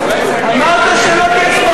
אמרת שלא תהיה סמרטוט.